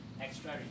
extra